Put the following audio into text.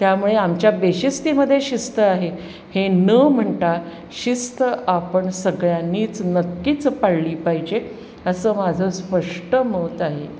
त्यामुळे आमच्या बेशिस्तीमध्ये शिस्त आहे हे न म्हणता शिस्त आपण सगळ्यांनीच नक्कीच पाळली पाहिजे असं माझं स्पष्ट मत आहे